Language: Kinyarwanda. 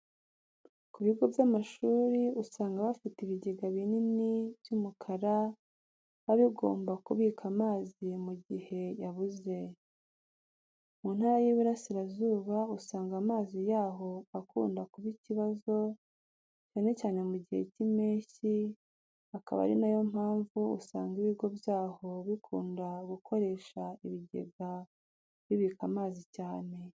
Ku bigo by'amashuri usanga bafite ibigega binini by'umukara biba bigomba kubika amazi mu gihe yabuze. Mu Ntara y'Iburasirazuba usanga amazi yaho akunda kuba ikibazo, cyane cyane mu gihe cy'impeshyi, akaba ari na yo mpamvu usanga ibigo byaho bikunda gukoresha ibigega bibika amazi cyane.